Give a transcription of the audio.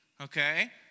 okay